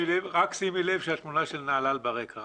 רק שימי לב שהתמונה של נהלל ברקע,